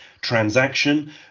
transaction